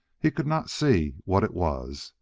he could not see what it was,